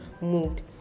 moved